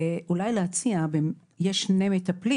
אפשר אולי להציע שאם יש שני מטפלים